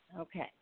okay